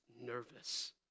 nervous